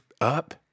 up